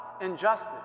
injustice